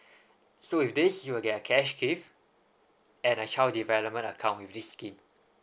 so with this you will get cash gift and a child development account with this scheme